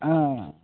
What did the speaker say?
ఆ